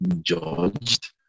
judged